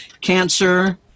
cancer